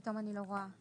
פתאום אני לא רואה.